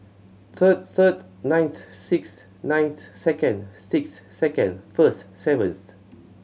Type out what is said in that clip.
third third ninth sixth ninth second sixth second first seventh